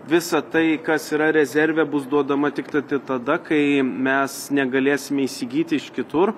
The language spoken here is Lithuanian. visa tai kas yra rezerve bus duodama tiktai tai tada kai mes negalėsime įsigyti iš kitur